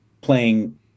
playing